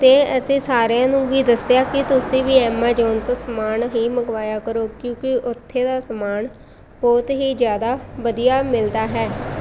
ਅਤੇ ਅਸੀਂ ਸਾਰਿਆਂ ਨੂੰ ਵੀ ਦੱਸਿਆ ਕਿ ਤੁਸੀਂ ਵੀ ਐਮਾਜੋਨ ਤੋਂ ਸਮਾਨ ਹੀ ਮੰਗਵਾਇਆ ਕਰੋ ਕਿਉਂਕਿ ਉੱਥੇ ਦਾ ਸਮਾਨ ਬਹੁਤ ਹੀ ਜ਼ਿਆਦਾ ਵਧੀਆ ਮਿਲਦਾ ਹੈ